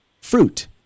fruit